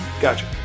gotcha